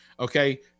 okay